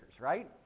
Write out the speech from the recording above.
right